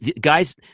guys